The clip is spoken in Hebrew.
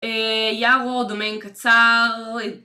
יערות, דומיין קצר.